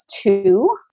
two